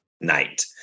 night